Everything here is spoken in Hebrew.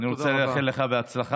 אני רוצה לאחל לך הצלחה.